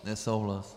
Nesouhlas.